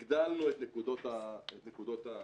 הגדלנו את נקודות ההיסעים.